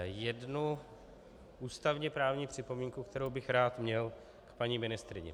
Jedna ústavněprávní připomínka, kterou bych rád měl k paní ministryni.